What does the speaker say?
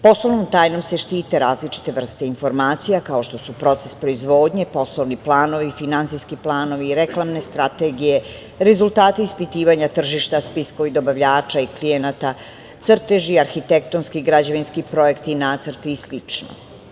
Poslovnom tajnom se štite različite vrste informacija, kao što su proces proizvodnje, poslovni planovi, finansijski planovi i reklamne strategije, rezultati ispitivanja tržišta, spiskovi dobavljača i klijenata, crteži, arhitektonski i građevinski projekti i nacrti i slično.